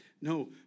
no